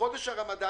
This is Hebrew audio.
בחודש הרמדאן